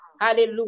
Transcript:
Hallelujah